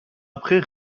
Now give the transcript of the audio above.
après